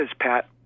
Pat